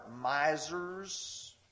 misers